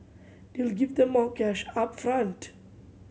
this will give the more cash up front